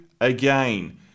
again